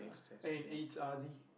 ya and